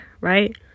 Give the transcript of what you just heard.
right